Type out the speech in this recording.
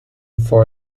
for